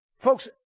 Folks